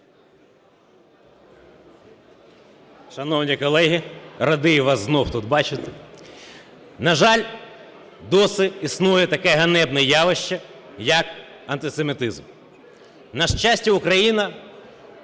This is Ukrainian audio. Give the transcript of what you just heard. Шановні колеги, радий вас знову тут бачити. На жаль, досі існує таке ганебне явище, як антисемітизм. На щастя, Україна